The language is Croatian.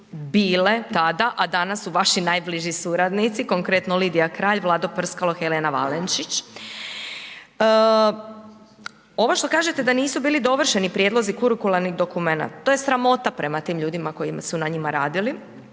bile tada, a danas su vaši najbliži suradnici, konkretno Lidija Kralj, Vlado Prskalo, Helena Valenčić. Ovo što kažete da nisu bili dovršeni prijedlozi kurikularnih dokumenata to je sramota prema tim ljudima koji su na njima radili